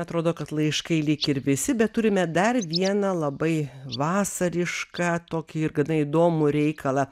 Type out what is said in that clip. atrodo kad laiškai lyg ir visi bet turime dar vieną labai vasarišką tokį ir gana įdomų reikalą